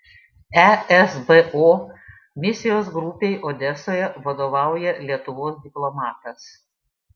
esbo misijos grupei odesoje vadovauja lietuvos diplomatas